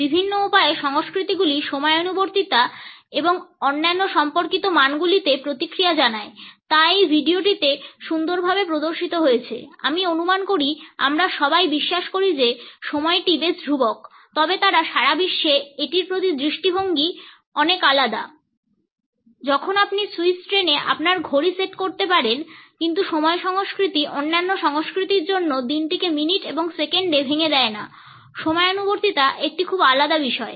বিভিন্ন উপায়ে সংস্কৃতিগুলি সময়ানুবর্তিতা এবং অন্যান্য সময় সম্পর্কিত মানগুলিতে প্রতিক্রিয়া জানায় তা এই ভিডিওতে সুন্দরভাবে প্রদর্শিত হয়েছে। আমি অনুমান করি আমরা সবাই বিশ্বাস করি যে সময়টি বেশ ধ্রুবক তবে সারা বিশ্বে এটির প্রতি দৃষ্টিভঙ্গি অনেক আলাদা যখন আপনি সুইস ট্রেনে আপনার ঘড়ি সেট করতে পারেন কিন্তু সমস্ত সংস্কৃতি অন্যান্য সংস্কৃতির জন্য দিনটিকে মিনিট এবং সেকেন্ডে ভেঙে দেয় না সময়ানুবর্তিতা একটি খুব আলাদা বিষয়